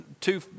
two